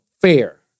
fair